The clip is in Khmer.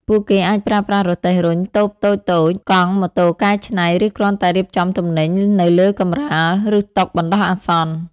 ពួកគេអាចប្រើប្រាស់រទេះរុញ តូបតូចៗ កង់ ម៉ូតូកែច្នៃ ឬគ្រាន់តែរៀបចំទំនិញនៅលើកម្រាល ឬតុបណ្តោះអាសន្ន ។